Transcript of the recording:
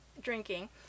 drinking